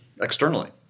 externally